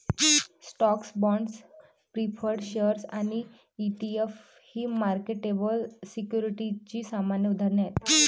stocks, bonds, preferred shares आणि ETF ही marketable सिक्युरिटीजची सामान्य उदाहरणे आहेत